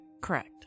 Correct